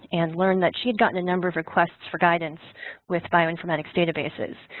and learned that she had gotten a number of requests for guidance with bioinformatics databases.